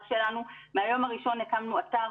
מהיום הראשון הקמנו אתר.